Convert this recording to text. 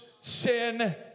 sin